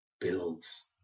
builds